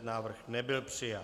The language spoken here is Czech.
Návrh nebyl přijat.